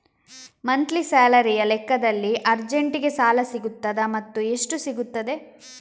Monthly ಸ್ಯಾಲರಿಯ ಲೆಕ್ಕದಲ್ಲಿ ಅರ್ಜೆಂಟಿಗೆ ಸಾಲ ಸಿಗುತ್ತದಾ ಮತ್ತುಎಷ್ಟು ಸಿಗುತ್ತದೆ?